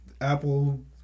Apple